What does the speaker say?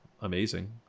amazing